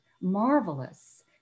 marvelous